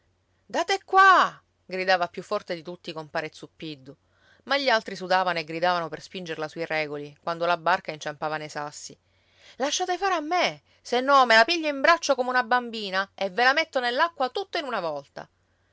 date qua gridava più forte di tutti compare zuppiddu ma gli altri sudavano e gridavano per spingerla sui regoli quando la barca inciampava nei sassi lasciate fare a me se no me la piglio in braccio come una bambina e ve la metto nell'acqua tutta in una volta